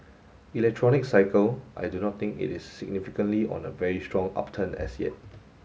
electronics cycle I do not think it is significantly on a very strong upturn as yet